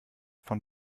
von